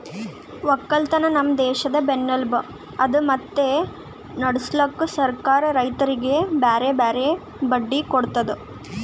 ಒಕ್ಕಲತನ ನಮ್ ದೇಶದ್ ಬೆನ್ನೆಲುಬು ಅದಾ ಮತ್ತೆ ನಡುಸ್ಲುಕ್ ಸರ್ಕಾರ ರೈತರಿಗಿ ಬ್ಯಾರೆ ಬ್ಯಾರೆ ಬಡ್ಡಿ ಕೊಡ್ತುದ್